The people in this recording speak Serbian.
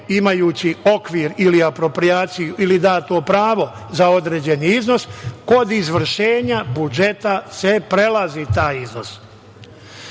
imajući okvir ili aproprijaciju ili dato pravo za određen iznos kod izvršenja budžeta se prelazi taj iznos